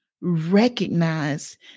recognize